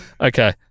Okay